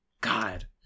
god